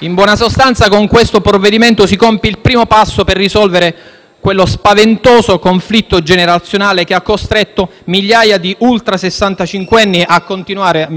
In buona sostanza, con il provvedimento in esame si compie il primo passo per risolvere quello spaventoso conflitto generazionale, che ha costretto migliaia di ultrasessantacinquenni a continuare